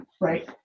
right